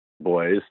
boys